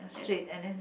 straight and then